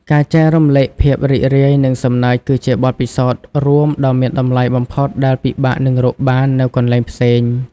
ការចែករំលែកភាពរីករាយនិងសំណើចគឺជាបទពិសោធន៍រួមដ៏មានតម្លៃបំផុតដែលពិបាកនឹងរកបាននៅកន្លែងផ្សេង។